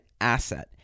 asset